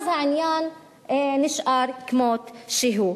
העניין נשאר כמות שהוא.